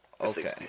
Okay